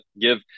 give